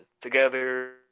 together